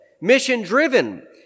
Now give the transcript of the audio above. mission-driven